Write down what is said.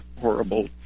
horrible